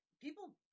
people